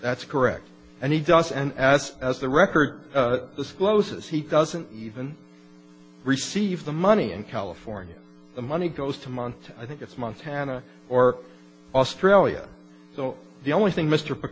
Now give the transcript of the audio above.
that's correct and he does and as as the record discloses he doesn't even receive the money in california the money goes to month i think it's montana or australia so the only thing m